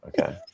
Okay